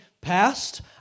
Past